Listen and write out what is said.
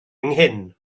nghyn